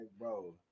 bro